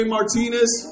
Martinez